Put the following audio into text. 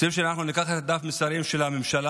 רוצים שניקח את דף המסרים של הממשלה,